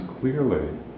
clearly